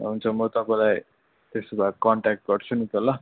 हुन्छ म तपाईँलाई त्यसो भए कन्ट्याक्ट गर्छु नि त ल